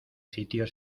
sitio